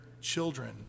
children